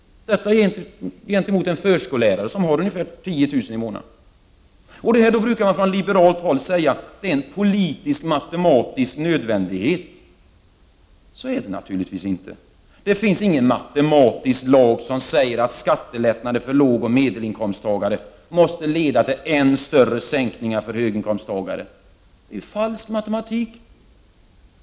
Det skall ställas mot situationen för t.ex. en förskollärare som har en inkomst på ungefär 10 000 kr. i månaden. Detta, brukar man från liberalt håll säga, är en politisk-matematisk nödvändighet. Så är det naturligtvis inte. Det finns ingen matematisk lag som säger att skattelättnader för lågoch medelinkomsttagare måste leda till än större sänkningar för höginkomsttagare. Det är falsk matematik.